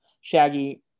Shaggy